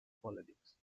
politics